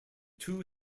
two